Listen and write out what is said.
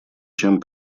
чем